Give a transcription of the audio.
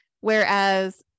Whereas